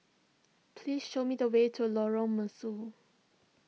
please show me the way to Lorong Mesu